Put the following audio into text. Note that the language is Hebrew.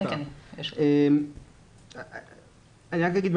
אני רק אגיד,